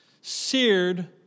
seared